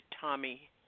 Tommy